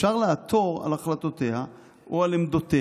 ואפשר לעתור על החלטותיה או על עמדותיה,